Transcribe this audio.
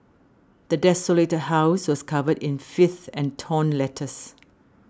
the desolated house was covered in filth and torn letters